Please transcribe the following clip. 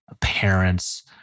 parents